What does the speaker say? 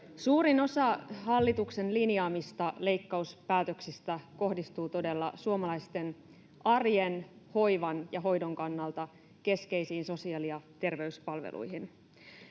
Suurin osa hallituksen linjaamista leikkauspäätöksistä kohdistuu todella suomalaisten arjen, hoivan ja hoidon kannalta keskeisiin sosiaali- ja terveyspalveluihin.